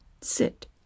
sit